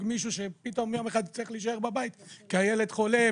מישהו שפתאום יום אחד צריך להישאר בבית כי הילד חולה,